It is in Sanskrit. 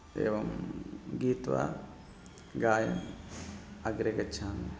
एवं गीत्वा गायन् अग्रे गच्छामि